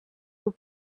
will